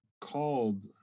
called